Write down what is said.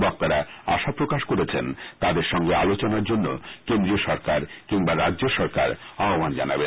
বক্তারা আশা প্রকাশ করেছেন তাদের সঙ্গে আলোচনার জন্য কেন্দ্রীয় সরকার কিংবা রাজ্য সরকার আহ্বান জানাবেন